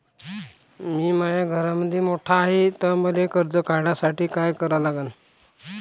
मी माया घरामंदी मोठा हाय त मले कर्ज काढासाठी काय करा लागन?